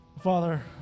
Father